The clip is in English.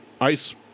ice